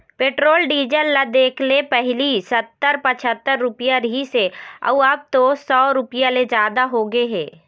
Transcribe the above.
petrol diesel ल देखले पहिली सत्तर, पछत्तर रूपिया रिहिस हे अउ अब तो सौ रूपिया ले जादा होगे हे